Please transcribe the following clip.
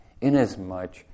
Inasmuch